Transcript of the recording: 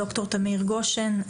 ד"ר תמיר גשן,